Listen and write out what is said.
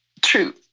True